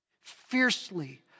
fiercely